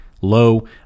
low